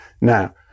now